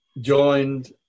joined